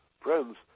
friends